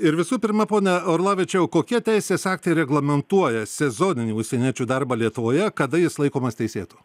ir visų pirma pone orlavičiau kokie teisės aktai reglamentuoja sezoninį užsieniečių darbą lietuvoje kada jis laikomas teisėtu